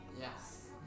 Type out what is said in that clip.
Yes